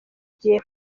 gihe